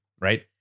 right